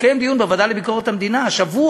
התקיים דיון בוועדה לענייני ביקורת המדינה השבוע.